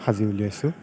সাজি উলিয়াইছোঁ